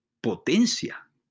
potencia